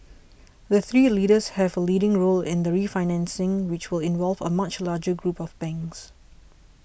the three leaders have a leading role in the refinancing which will involve a much larger group of banks